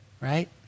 right